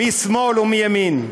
משמאל ומימין,